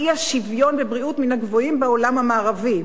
האי-שוויון בבריאות מן הגבוהות בעולם המערבי,